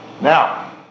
Now